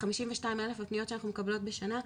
מ-52,000 הפניות שאנחנו מקבלות בשנה,